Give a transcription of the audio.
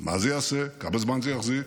מה זה יעשה, כמה זמן זה יחזיק.